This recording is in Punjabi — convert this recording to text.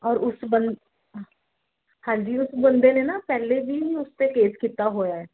ਔਰ ਉਸ ਬੰਦ ਹਾਂਜੀ ਉਸ ਬੰਦੇ ਨੇ ਨਾ ਪਹਿਲੇ ਵੀ ਉਸ 'ਤੇ ਕੇਸ ਕੀਤਾ ਹੋਇਆ